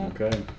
Okay